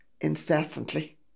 incessantly